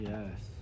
Yes